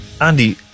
Andy